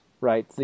right